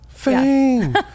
fame